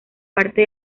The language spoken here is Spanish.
parte